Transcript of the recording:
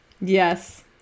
Yes